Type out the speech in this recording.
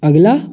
अगला